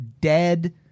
dead